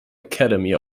academy